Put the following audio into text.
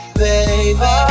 baby